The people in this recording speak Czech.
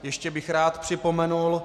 Ještě bych rád připomenul.